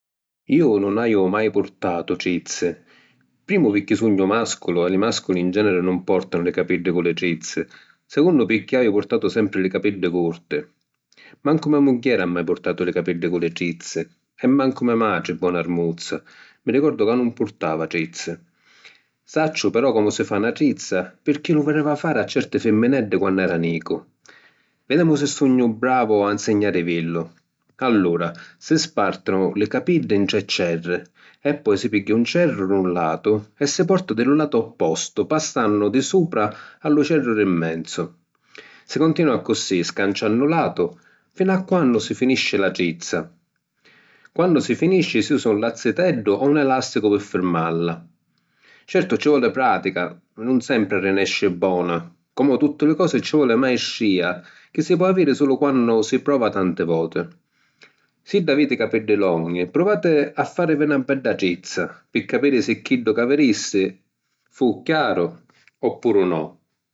Iu nun haju mai purtatu trizzi, primu pirchì sugnu màsculu e li màsculi in generi nun pòrtanu li capiddi cu li trizzi; secunnu pirchì haju purtatu sempri li capiddi curti. Mancu me mugghieri ha mai purtatu li capiddi cu li trizzi e mancu me matri, bon’armuzza, mi rigordu ca nun purtava trizzi. Sacciu però comu si fa na trizza pirchì lu videva fari a certi fimmineddi quannu era nicu. Videmu si sugnu bravu a ‘nsignarivillu. Allura, si spàrtinu li capiddi in tri cerri e poi si pigghia un cerru d’un latu e si porta di lu latu oppostu passannu di supra a lu cerru di 'n menzu. Si cuntinua accussì, scanciannu latu, finu a quannu si finisci la trizza. Quannu si finisci, si usa un lazziteddu o un elàsticu pi firmalla. Certu, ci voli pratica, nun sempri arrinesci bona, comu tutti li cosi ci voli maistrìa chi si po’ aviri sulu quannu si prova tanti voti. Siddu aviti li capiddi longhi, pruvati a fàrivi na bedda trizza, pi capiri si chiddu ca vi dissi fu chiaru oppuru no.